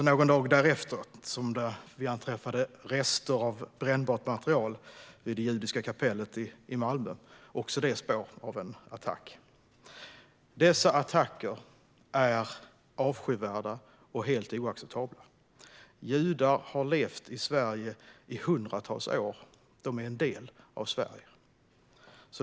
Någon dag därefter anträffades rester av brännbart material vid det judiska kapellet i Malmö, också det spår av en attack. Dessa attacker är avskyvärda och helt oacceptabla. Judar har levt i Sverige i hundratals år. De är en del av Sverige.